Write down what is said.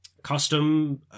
Custom